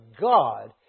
God